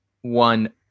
one